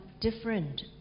different